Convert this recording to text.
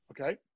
Okay